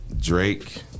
Drake